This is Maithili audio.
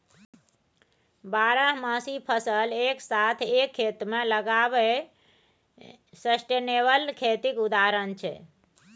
बारहमासी फसल एक साथ एक खेत मे लगाएब सस्टेनेबल खेतीक उदाहरण छै